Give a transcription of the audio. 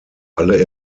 alle